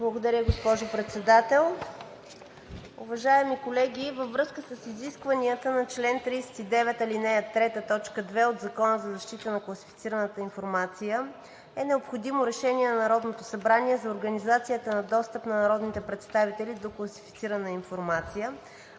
Благодаря, госпожо Председател. Уважаеми колеги, във връзка с изискванията на чл. 39, ал. 3, т. 2 от Закона за защита на класифицираната информация е необходимо решение на Народното събрание за организацията на достъпа на народните представители до класифицирана информация.